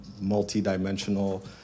multi-dimensional